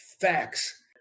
facts